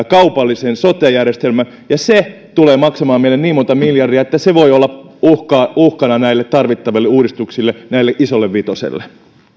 kaupallisen sote järjestelmän se tulee maksamaan meille niin monta miljardia että se voi olla uhkana näille tarvittaville uudistuksille tälle isolle vitoselle